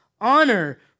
honor